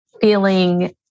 feeling